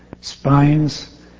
spines